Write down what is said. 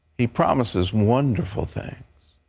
he promises wonderful things.